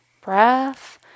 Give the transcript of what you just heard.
breath